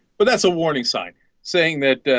but as a warning sign saying that